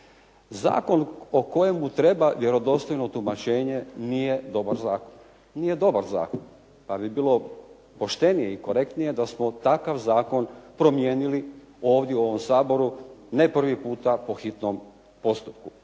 Zakon o kojemu treba vjerodostojno tumačenje nije dobar zakon, pa bi bilo poštenije i korektnije da smo takav zakon promijenili ovdje u ovom Saboru ne prvi puta po hitnom postupku